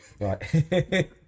right